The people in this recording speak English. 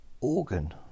Organ